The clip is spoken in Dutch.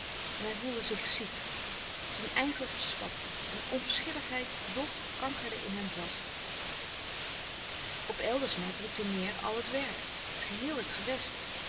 en hij voelde zich ziek zijn ijver verslapte een onverschilligheid dof kankerde in hem vast op eldersma drukte neêr al het werk geheel het gewest